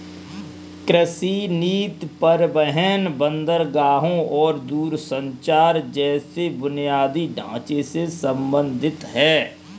कृषि नीति परिवहन, बंदरगाहों और दूरसंचार जैसे बुनियादी ढांचे से संबंधित है